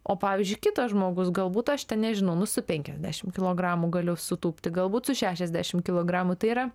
o pavyzdžiui kitas žmogus galbūt aš ten nežinau nu su penkiasdešim kilogramų galiu sutūpti galbūt su šešiasdešim kilogramų tai yra